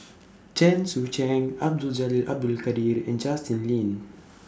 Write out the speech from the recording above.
Chen Sucheng Abdul Jalil Abdul Kadir and Justin Lean